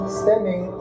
stemming